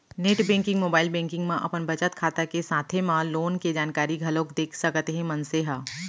net banking, mobile banking म अपन बचत खाता के साथे म लोन के जानकारी घलोक देख सकत हे मनसे ह